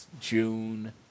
June